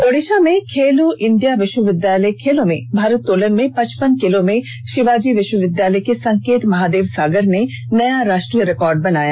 ओडिसा में खेलो इंडिया विश्वविद्यालय खेलों में भारोत्तोलन में पचपन किलो में शिवाजी विश्वविद्यालय के संकेत महादेव सागर ने नया राष्ट्रीय रिकॉर्ड बनाया